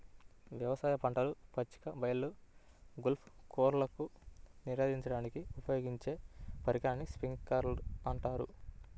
వ్యవసాయ పంటలు, పచ్చిక బయళ్ళు, గోల్ఫ్ కోర్స్లకు నీరందించడానికి ఉపయోగించే పరికరాన్ని స్ప్రింక్లర్ అంటారు